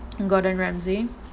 gordon ramsey